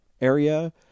area